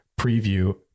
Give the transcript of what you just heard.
preview